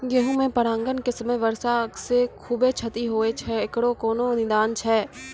गेहूँ मे परागण के समय वर्षा से खुबे क्षति होय छैय इकरो कोनो निदान छै?